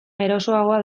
erosoagoa